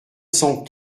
cent